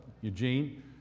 Eugene